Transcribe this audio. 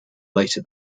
later